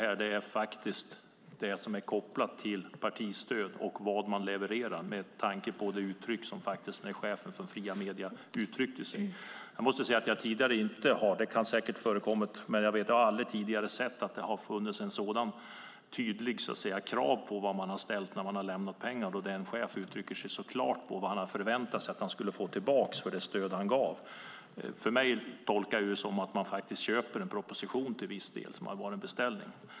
Vad jag pekar på är det som är kopplat till partistöd och vad man levererar med tanke på hur chefen för Stiftelsen Fria Media uttryckte sig. Det kanske har förekommit tidigare, men jag har aldrig sett ett så tydligt krav när man har lämnat pengar och att en chef så tydligt talar om vad han förväntar sig att få för det stöd han ger. Jag tolkar det som att man köper en proposition.